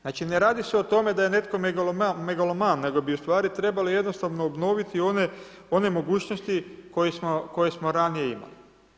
Znači ne radi se o tome, da je netko megaloman, nego bi ustvari, trebali jednostavno obnoviti, one mogućnosti, koje smo ranije imali.